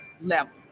level